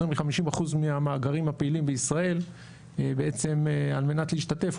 מ-50% מהמאגרים הפעילים בישראל בעצם על מנת להשתתף,